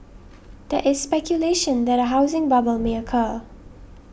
there is speculation that a housing bubble may occur